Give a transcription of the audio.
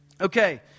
Okay